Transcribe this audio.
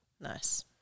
Nice